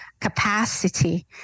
capacity